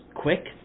quick